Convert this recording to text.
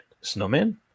Snowman